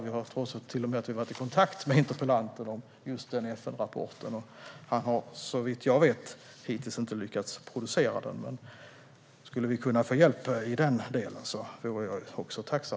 Vi har till och med varit i kontakt med interpellanten om just den FN-rapporten, och han har såvitt jag vet hittills inte lyckats producera den. Om vi kan få hjälp i den delen vore jag också tacksam.